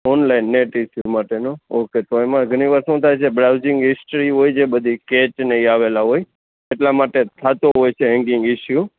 online net uses માટેનો તો એમાં ઘણી વાર શું થાય છે બ્રાઉઝિંગ હિસ્ટરી હોય છે બધી કેચ ને આવેલા હોય એટલા માટે થાતો હોય છે હેંગિંગ ઇસ્યુ